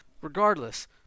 Regardless